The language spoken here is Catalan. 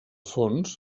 fons